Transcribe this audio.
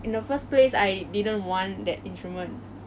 I should pick it up again when I feel like it